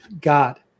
god